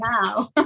now